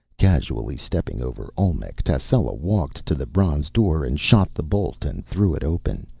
casually stepping over olmec, tascela walked to the bronze door and shot the bolt and threw it open,